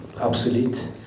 obsolete